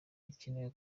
hakenewe